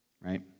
right